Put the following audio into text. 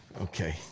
Okay